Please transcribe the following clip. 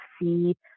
see